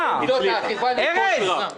אתחיל בתשובה,